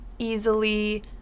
easily